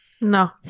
No